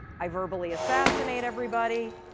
i verbally assassinate everybody,